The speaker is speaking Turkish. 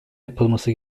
yapılması